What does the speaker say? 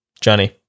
Johnny